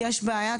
יש בעיה,